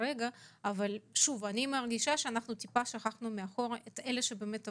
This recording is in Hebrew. אבל אני מרגישה שמעט שכחנו מאחור את אלה שבאמת עבדו.